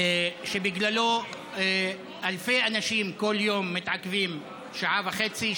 שבגללו אלפי אנשים כל יום מתעכבים שעה וחצי,